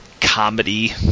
comedy